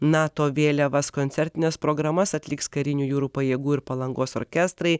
nato vėliavas koncertines programas atliks karinių jūrų pajėgų ir palangos orkestrai